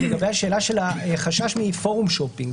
לגבי השאלה של החשש מפורום שופינג,